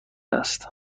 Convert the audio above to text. است